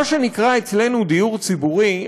מה שנקרא אצלנו דיור ציבורי,